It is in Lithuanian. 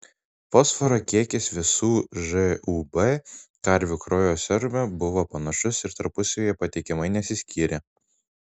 fosforo kiekis visų žūb karvių kraujo serume buvo panašus ir tarpusavyje patikimai nesiskyrė